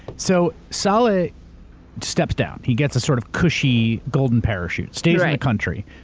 so saleh steps down. he gets a sort of cushy golden parachute, stays in the country,